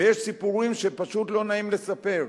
ויש סיפורים שפשוט לא נעים לספר.